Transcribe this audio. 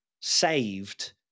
saved